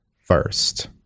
first